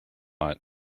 lot